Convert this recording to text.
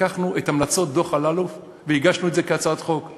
לקחנו את המלצות דוח אלאלוף והגשנו את זה כהצעת חוק.